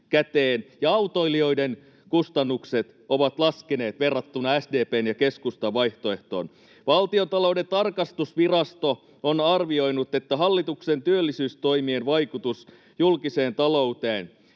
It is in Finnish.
ja autoilijoiden kustannukset ovat laskeneet verrattuna SDP:n ja keskustan vaihtoehtoon. Valtiontalouden tarkastusvirasto on arvioinut hallituksen työllisyystoimien vaikutukset julkiseen talouteen: